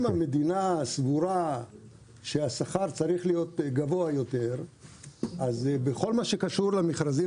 אם המדינה סבורה שהשכר צריך להיות גבוה יותר אז בכל הקשור למכרזים